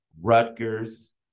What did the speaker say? Rutgers